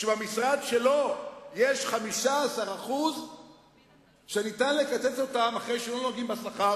שבמשרד שלו יש 15% שאפשר לקצץ אחרי שלא נוגעים בשכר,